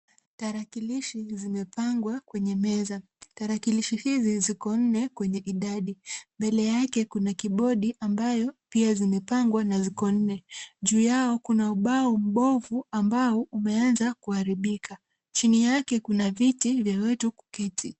Tarakilishi zimepangwa kwenye meza. Tarakilishi hizi ziko nne kwenye idadi. Mbele yake kuna kibodi ambayo pia zimepangwa na ziko nne. Juu yao kuna ubao mbovu ambao umeanza kuharibika. Chini yake kuna viti vya watu kuketi.